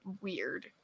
weird